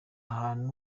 ahantu